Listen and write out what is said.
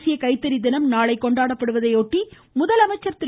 தேசிய கைத்தறி தினம் நாளை கொண்டாடப்படுவதையொட்டி முதலமைச்சர் திரு